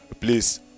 Please